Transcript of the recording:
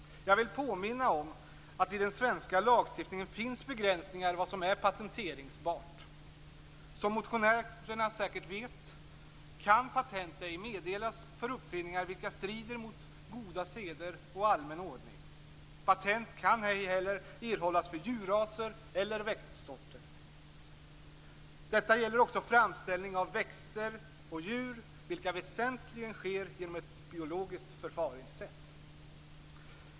Jag vill påminna om att det i den svenska lagstiftningen finns begränsningar för vad som är patenteringsbart. Som motionärerna säkert vet kan patent ej meddelas för uppfinningar vilka strider mot goda seder och allmän ordning. Patent kan ej heller erhållas för djurraser eller växtsorter. Detta gäller också framställning av växter och djur, vilket väsentligen sker genom ett biologiskt förfaringssätt.